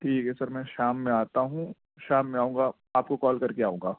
ٹھیک ہے سر میں شام میں آتا ہوں شام میں آؤں گا آپ کو کال کر کے آؤں گا